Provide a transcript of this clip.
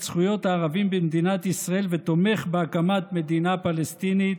זכויות הערבים במדינת ישראל ותומך בהקמת מדינה פלסטינית,